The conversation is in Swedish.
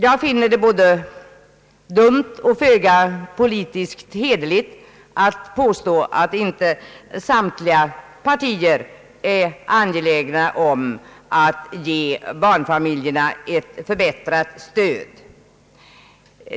Jag finner det både dumt och föga politiskt hederligt att påstå att inte samtliga partier är angelägna om att ge barnfamiljerna ett förbättrat stöd.